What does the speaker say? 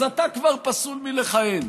אז אתה כבר פסול מלכהן.